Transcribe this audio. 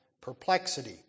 perplexity